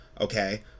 okay